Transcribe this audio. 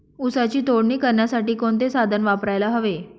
ऊसाची तोडणी करण्यासाठी कोणते साधन वापरायला हवे?